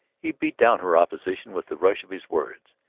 he beat down her opposition with the rush of his words.